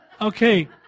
okay